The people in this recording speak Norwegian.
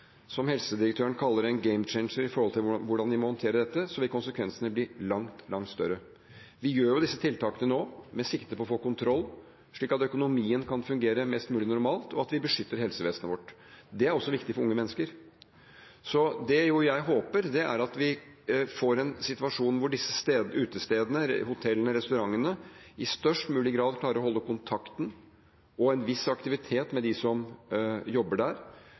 som helsedirektøren kaller en gamechanger i hvordan vi må håndtere dette, vil konsekvensene bli langt, langt større. Vi gjør disse tiltakene nå med sikte på å få kontroll, slik at økonomien kan fungere mest mulig normalt, og at vi beskytter helsevesenet vårt. Det er også viktig for unge mennesker. Det jeg håper, er at vi får en situasjon hvor disse utestedene, hotellene, restaurantene i størst mulig klarer å holde kontakten – og en viss aktivitet – med dem som jobber der,